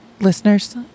Listeners